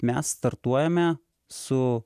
mes startuojame su